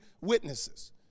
witnesses